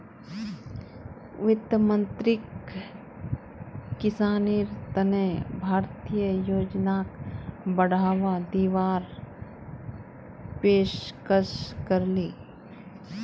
वित्त मंत्रीक किसानेर तने भारतीय योजनाक बढ़ावा दीवार पेशकस करले